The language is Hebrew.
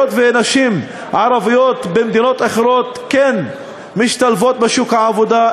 היות שנשים ערביות במדינות אחרות כן משתלבות בשוק העבודה,